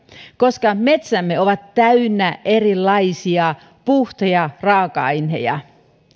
koska metsämme ovat täynnä erilaisia puhtaita raaka